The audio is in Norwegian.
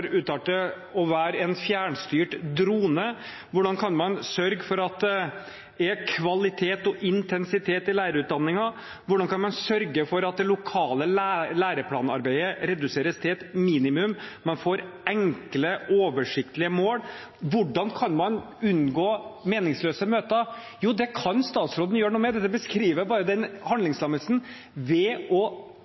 uttalte det, å være en fjernstyrt drone? Hvordan kan man sørge for at det er kvalitet og intensitet i lærerutdanningen? Hvordan kan man sørge for at det lokale læreplanarbeidet reduseres til et minimum og man får enkle, oversiktlige mål? Hvordan kan man unngå meningsløse møter? Jo, det kan statsråden gjøre noe med – det beskriver bare handlingslammelsen – ved å